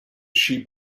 sheep